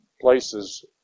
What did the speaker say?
places